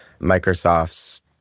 Microsoft's